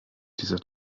dieser